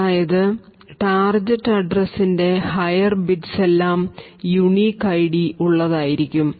അതായത് ടാർജെറ്റ് അഡ്രസിന്റെ higher bits എല്ലാം യൂണിക് ഐഡി ഉള്ളതായിരിക്കും